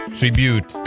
tribute